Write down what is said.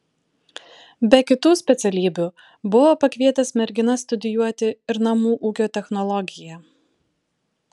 be kitų specialybių buvo pakvietęs merginas studijuoti ir namų ūkio technologiją